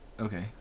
Okay